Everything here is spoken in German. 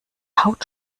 haut